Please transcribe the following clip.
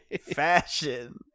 Fashion